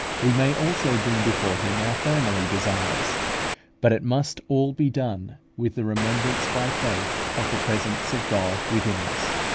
we may also bring before him our family desires but it must all be done with the remembrance by faith of the presence of god within us.